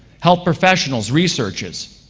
health professionals, researchers,